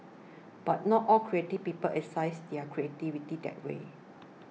but not all creative people exercise their creativity that way